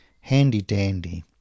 Handy-dandy